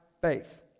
faith